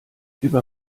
über